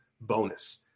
bonus